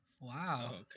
Wow